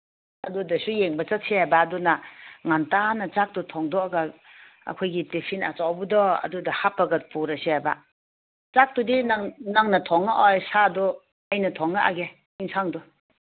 ꯑꯗꯨꯗꯁꯨ ꯌꯦꯡꯕ ꯆꯠꯁꯦꯕ ꯑꯗꯨꯅ ꯉꯟꯇꯥꯅ ꯆꯥꯛꯇꯨ ꯊꯣꯡꯗꯣꯛꯑꯒ ꯑꯩꯈꯣꯏꯒꯤ ꯇꯤꯐꯤꯟ ꯑꯆꯧꯕꯗꯣ ꯑꯗꯨꯗ ꯍꯥꯞꯄꯒ ꯄꯨꯔꯁꯦꯕ ꯆꯥꯛꯇꯨꯗꯤ ꯅꯪ ꯅꯪ ꯊꯣꯡꯉꯛꯑꯣ ꯁꯥꯗꯨ ꯑꯩꯅ ꯊꯣꯡꯉꯛꯑꯒꯦ ꯏꯟꯁꯥꯡꯗꯣ